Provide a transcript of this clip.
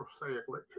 prosaically